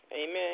Amen